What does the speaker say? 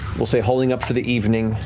we'll say holing up for the evening,